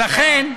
לכן,